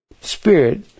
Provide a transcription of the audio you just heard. spirit